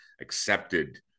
accepted